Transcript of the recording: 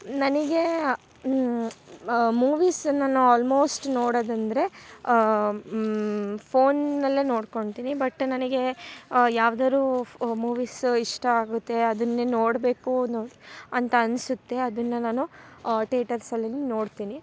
ನನಗೆ ಮೂವೀಸ್ ನಾನು ಆಲ್ಮೋಸ್ಟ್ ನೋಡೊದಂದ್ರೆ ಫೋನ್ನಲ್ಲೆ ನೋಡ್ಕೊತೀನಿ ಬಟ್ ನನಗೆ ಯಾವುದಾರು ಫ್ ಮೂವೀಸ್ ಇಷ್ಟ ಆಗುತ್ತೆ ಅದನ್ನೆ ನೋಡ್ಬೇಕು ಅಂತ ಅನಿಸುತ್ತೆ ಅದನ್ನು ನಾನು ಟೆಟರ್ಸಲ್ಲಿ ನೋಡ್ತಿನಿ